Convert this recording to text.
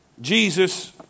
Jesus